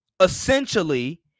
essentially